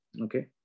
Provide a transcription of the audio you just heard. okay